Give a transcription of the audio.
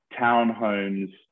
townhomes